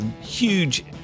huge